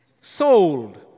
Sold